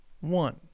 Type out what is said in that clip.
One